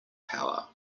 power